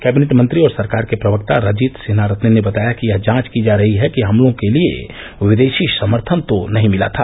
cabinet मंत्री और सरकार के प्रवक्ता रजित सेनारले ने बताया कि यह जांच की जा रही है कि हमलों के लिए विदेशी समर्थन तो नहीं मिला था